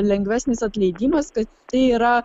lengvesnis atleidimas kad tai yra